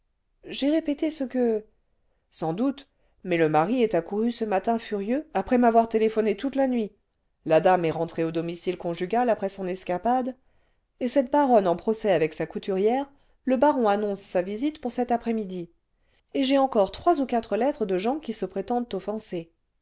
j'ai répété ce que sans doute mais le mari est accouru ce matin furieux après m'avoir téléphoné toute la nuit la dame est rentrée au domicile conjugal après son escapade et cette baronne en procès avec sa couturière le baron annonce sa visite pour cette après-midi et j'ai encore trois ou quatre lettres de gens qui se prétendent offensés